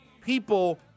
people